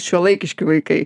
šiuolaikiški vaikai